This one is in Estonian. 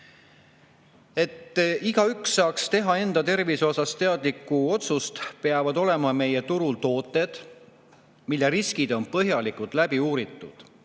Et igaüks saaks teha enda tervise kohta teadlikku otsust, peavad olema meie turul tooted, mille riskid on põhjalikult läbi uuritud